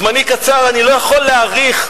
זמני קצר, אני לא יכול להאריך.